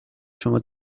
شما